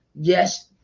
yes